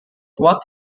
wort